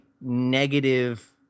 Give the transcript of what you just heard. negative